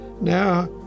Now